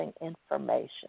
information